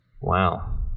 Wow